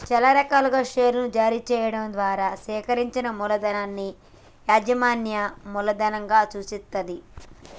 చానా రకాల షేర్లను జారీ చెయ్యడం ద్వారా సేకరించిన మూలధనాన్ని యాజమాన్య మూలధనం సూచిత్తది